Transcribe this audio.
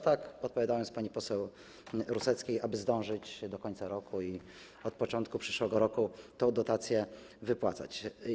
Tak, odpowiadając pani poseł Ruseckiej, aby zdążyć do końca roku i od początku przyszłego roku tę dotację wypłacać.